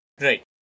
Right